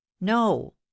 No